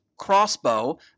crossbow